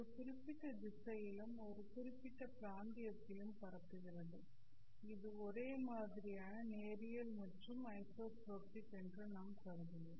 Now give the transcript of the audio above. ஒரு குறிப்பிட்ட திசையிலும் ஒரு குறிப்பிட்ட பிராந்தியத்திலும் பரப்புகிறது இது ஒரே மாதிரியான நேரியல் மற்றும் ஐசோட்ரோபிக் என்று நாம் கருதுவோம்